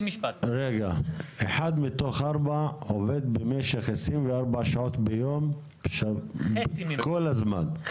אחת מתוך ארבע עובדת במשך 24 שעות ביום כל הזמן.